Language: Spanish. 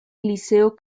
liceo